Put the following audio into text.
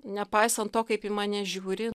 nepaisant to kaip į mane žiūri